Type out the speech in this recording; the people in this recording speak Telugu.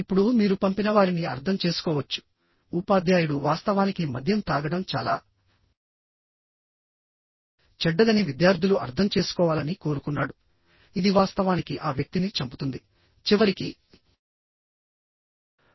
ఇప్పుడు మీరు పంపినవారిని అర్థం చేసుకోవచ్చు ఉపాధ్యాయుడు వాస్తవానికి మద్యం తాగడం చాలా చెడ్డదని విద్యార్థులు అర్థం చేసుకోవాలని కోరుకున్నాడు ఇది వాస్తవానికి ఆ వ్యక్తిని చంపుతుంది చివరికి మన కడుపులోని పురుగులన్నింటినీ చంపేస్తుంది అని అన్నాడు